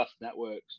networks